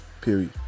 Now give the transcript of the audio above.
period